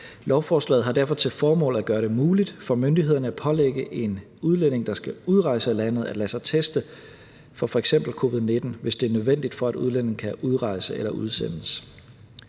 Lovforslaget har derfor til formål at gøre det muligt for myndighederne at pålægge en udlænding, der skal udrejse af landet, at lade sig teste for f.eks. covid-19, hvis det er nødvendigt for, at udlændingen kan udrejse eller udsendes.